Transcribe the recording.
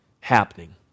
happening